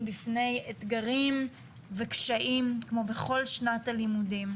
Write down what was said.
בפני אתגרים וקשיים כמו בכל שנת לימודים.